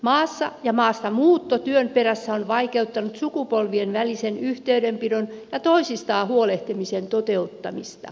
maassa ja maastamuutto työn perässä on vaikeuttanut sukupolvien välisen yhteydenpidon ja toisistaan huolehtimisen toteuttamista